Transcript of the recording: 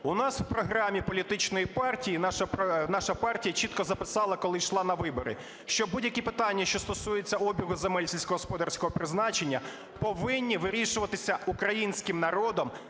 У нас в програмі політичної партії наша партія чітко записала, коли йшла на вибори, що будь-які питання, які стосуються обігу земель сільськогосподарського призначення, повинні вирішуватися українським народом